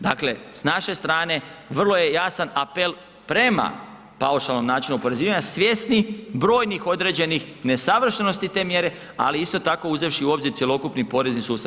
Dakle, s naše strane, vrlo je jasan apel prema paušalnom načinu oporezivanja, svjesni brojnih određenih nesavršenosti te mjere, ali isto tako, uzevši u obzir cjelokupni porezni sustav.